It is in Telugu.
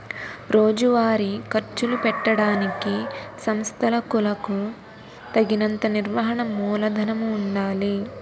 రోజువారీ ఖర్చులు పెట్టడానికి సంస్థలకులకు తగినంత నిర్వహణ మూలధనము ఉండాలి